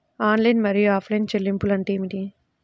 Online మరియు offline చెల్లింపులు అంటే ఏమిటి?